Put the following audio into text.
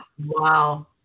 Wow